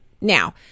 now